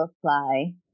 apply